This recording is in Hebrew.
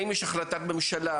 האם יש החלטת ממשלה,